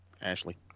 Ashley